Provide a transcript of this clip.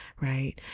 right